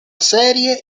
serie